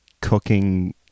cooking